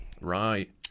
Right